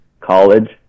college